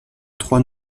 trois